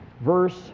verse